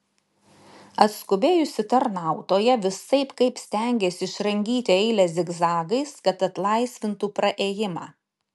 atskubėjusi tarnautoja visaip kaip stengėsi išrangyti eilę zigzagais kad atlaisvintų praėjimą